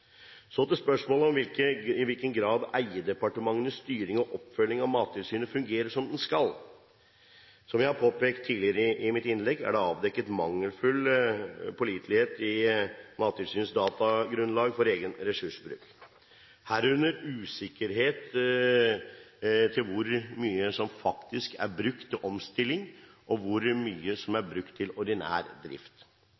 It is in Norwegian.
i hvilken grad eierdepartementenes styring og oppfølging av Mattilsynet fungerer som det skal. Som jeg har påpekt tidligere i mitt innlegg, er det avdekket mangelfull pålitelighet i Mattilsynets datagrunnlag for egen ressursbruk, herunder usikkerhet om hvor mye som faktisk er brukt til omstilling, og hvor mye som er